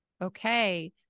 Okay